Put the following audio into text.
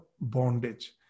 bondage